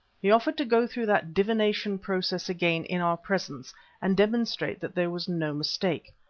he offered to go through that divination process again in our presence and demonstrate that there was no mistake.